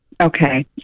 Okay